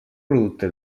producte